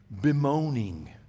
bemoaning